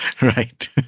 Right